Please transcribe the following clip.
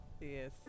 Yes